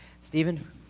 Stephen